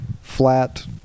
flat